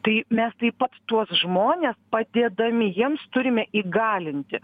tai mes taip pat tuos žmones padėdami jiems turime įgalinti